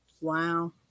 Wow